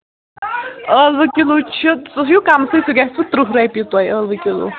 ٲلوٕ کِلوٗ چھُ سُہ چھُ کَمسٕے سُہ گژھِوٕ ترٛہ رۄپیہِ تۄہہِ ٲلوٕ کِلوٗ